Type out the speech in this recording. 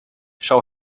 schau